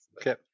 Okay